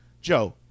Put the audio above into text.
Joe